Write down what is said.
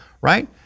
right